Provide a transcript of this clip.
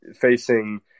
facing